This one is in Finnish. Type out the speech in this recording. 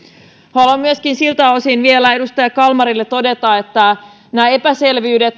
haluan edustaja kalmarille siltä osin vielä todeta että näitä epäselvyyksiä